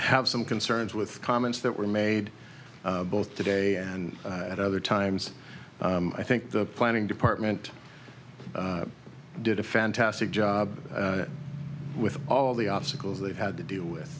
have some concerns with comments that were made both today and at other times i think the planning department did a fantastic job with all the obstacles they've had to deal with